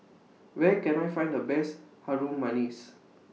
Where Can I Find The Best Harum Manis